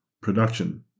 production